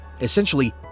Essentially